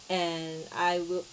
and I would